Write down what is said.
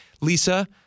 Lisa